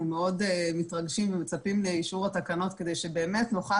מאוד מתרגשים ומצפים לאישור התקנות כדי שנוכל